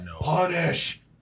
Punish